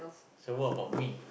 so what about me